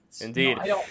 Indeed